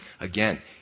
Again